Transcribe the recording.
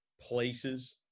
places